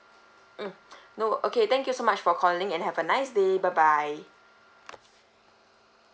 mm no okay thank you so much for calling and have a nice day bye bye